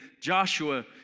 Joshua